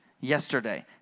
Yesterday